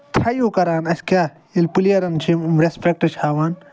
تھَرٛیو کَران اَسہِ کیٛاہ ییٚلہِ پٕلیَرَن چھِ یِم یِم رٮ۪سپٮ۪کٹ چھِ ہاوان